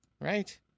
right